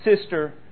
sister